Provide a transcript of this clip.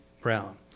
Brown